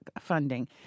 funding